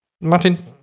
Martin